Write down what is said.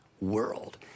world